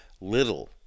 little